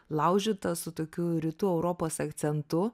laužyta su tokiu rytų europos akcentu